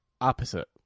opposite